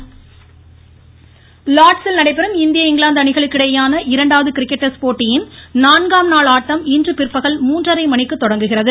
cricket லார்ட்ஸில் நடைபெறும் இந்திய இங்கிலாந்து அணிகளுக்கு இடையேயான இரண்டாவது கிரிக்கெட் டெஸ்ட் போட்டியின் நான்காம் நாள் ஆட்டம் இன்று பிற்பகல் மூன்றரை மணிக்கு தொடங்குகிறது